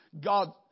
god